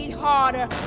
harder